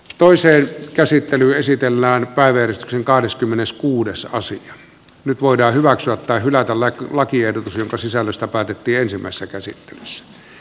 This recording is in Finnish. toisen käsittely esitellään päivystyksen kahdeskymmeneskuudes avasi nyt voidaan hyväksyä tai hylätä lakiehdotus jonka sisällöstä päätettiin ensimmäisessä käsittelyssä